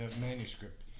manuscript